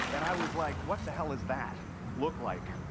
and i was like, what the hell does that look like?